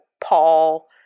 Paul